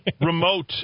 Remote